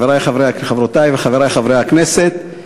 חברותי וחברי חברי הכנסת,